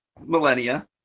millennia